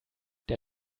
der